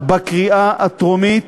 בקריאה הטרומית,